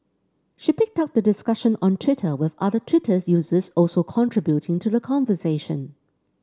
she picked up the discussion on Twitter with other Twitter users also contributing to the conversation